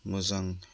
मोजां